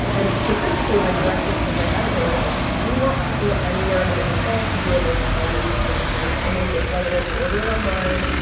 and specifically, my directive from my editor was, we want people anywhere in america to be able to find the ingredients for this and make it, whether if they have to order it online,